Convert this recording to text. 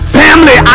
family